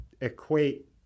equate